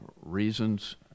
reasons